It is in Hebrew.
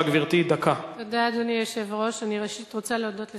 לדיון בוועדת הכלכלה של